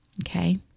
Okay